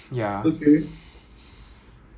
因为每个 place 都有不一样的